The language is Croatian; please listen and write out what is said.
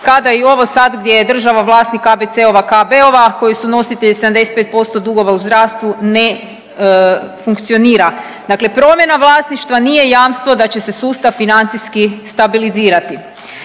kada i ovo sad gdje je država vlasnika KBC-ova, KB-ova koji su nositelji 75% dugova u zdravstvu ne funkcionira. Dakle, promjena vlasništva nije jamstvo da će se sustav financijski stabilizirati.